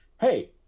hey